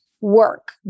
Work